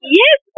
yes